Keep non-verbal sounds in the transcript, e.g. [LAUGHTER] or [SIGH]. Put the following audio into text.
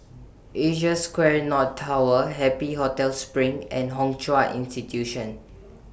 Asia Square North Tower Happy Hotel SPRING and Hwa Chong Institution [NOISE]